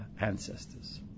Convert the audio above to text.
ancestors